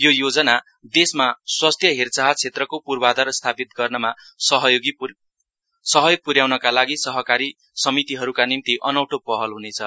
यो योजना देशमा स्वस्थ्य हेरचाह क्षेत्रको पूर्वाधार स्थापित गर्नमा सहयोग पूर्याउनका लागि सहकारी समितिहरूका निम्ति अनौठो पहल ह्नेछ